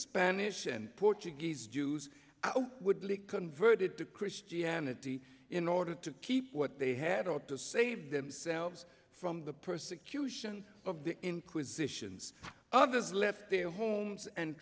spanish and portuguese jews would lay converted to christianity in order to keep what they had ought to save themselves from the persecution of the inquisitions others left their homes and